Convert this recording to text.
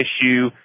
issue